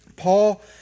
Paul